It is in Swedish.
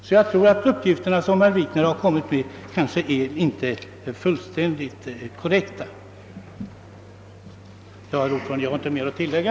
Herr Wikners uppgifter är därför kanske inte helt korrekta. Ja, herr talman, jag har inte mer att tillägga.